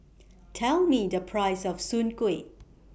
Tell Me The Price of Soon Kueh